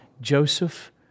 Joseph